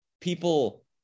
people